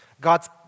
God